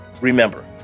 Remember